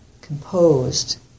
composed